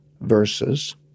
verses